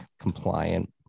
compliant